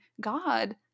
God